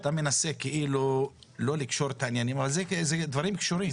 אתה מנסה כאילו לא לקשור את הדברים אבל הדברים קשורים.